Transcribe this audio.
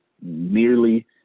nearly